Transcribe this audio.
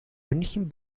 münchen